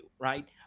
Right